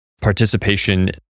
participation